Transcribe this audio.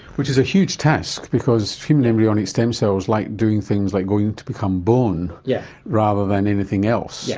which is a huge task because human embryonic stem cells like doing things like going to become bone yeah rather than anything else, yeah